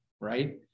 right